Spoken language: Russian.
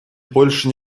больше